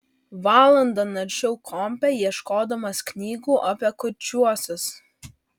valandą naršiau kompe ieškodamas knygų apie kurčiuosius